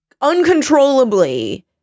uncontrollably